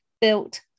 built